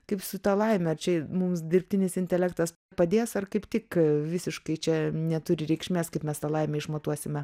kaip su ta laime čia mums dirbtinis intelektas padės ar kaip tik visiškai čia neturi reikšmės kaip mes tą laimę išmatuosime